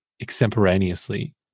extemporaneously